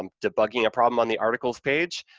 um debugging a problem on the articles page,